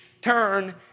turn